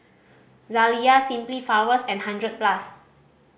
Zalia Simply Flowers and Hundred Plus